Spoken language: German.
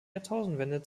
jahrtausendwende